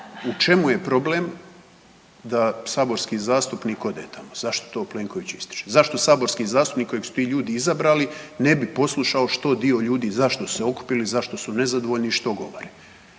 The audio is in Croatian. u čemu je problem da saborski zastupnik ode tamo. Zašto to Plenković ističe? Zašto saborski zastupnik kojeg su ti ljudi izabrali ne bi poslušao što dio ljudi, zašto su se okupili, zašto su nezadovoljni i što govore?